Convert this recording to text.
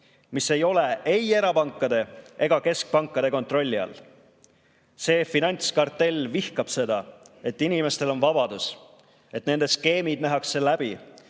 mis ei ole ei erapankade ega keskpankade kontrolli all. See finantskartell vihkab seda, et inimestel on vabadus, et nende skeemid nähakse läbi